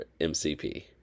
MCP